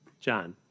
John